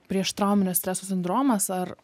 prieštrauminio streso sindromas ar